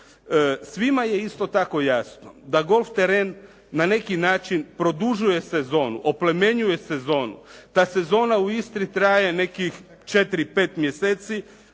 Svima je isto tako jasno da golf teren na neki način produžuje sezonu, oplemenjuje sezonu, da sezona u Istri traje nekih četiri,